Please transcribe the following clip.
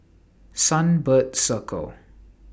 Sunbird Circle